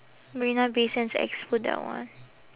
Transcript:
marina bay sands expo that one